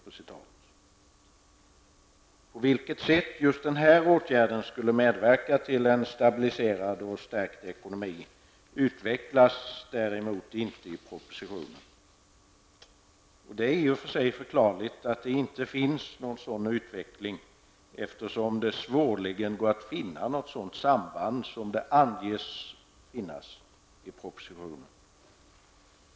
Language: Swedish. På vilket sätt just den här åtgärden skulle medverka till en stabiliserad och stark ekonomi utvecklas däremot inte i propositionen. Det är i och för sig förklarligt att det inte finns någon sådan redogörelse, eftersom det svårligen går att finna ett sådant samband som man i propositionen anger skall finnas.